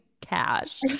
cash